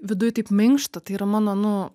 viduj taip minkšta tai yra mano nu